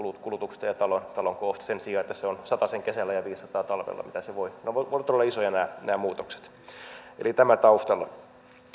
kulutuksesta ja talon talon koosta sen sijaan että se on satasen kesällä ja viisisataa talvella mitä se voi olla nämä muutokset voivat olla todella isoja eli tämä taustalla